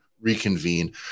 reconvene